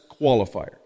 qualifier